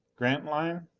grantline?